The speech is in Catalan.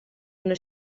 una